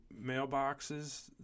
mailboxes